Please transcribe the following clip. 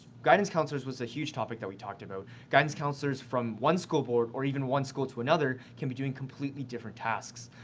guidance counsellors was a huge topic that we talked about. guidance counsellors from one school board or even one school to another can be doing completely different tasks,